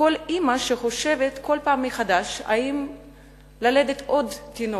כל אמא חושבת כל פעם מחדש אם ללדת עוד תינוק,